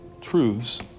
truths